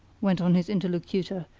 went on his interlocutor,